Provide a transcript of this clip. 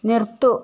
നിർത്തൂ